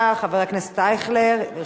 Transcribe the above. חבר הכנסת אייכלר, בבקשה.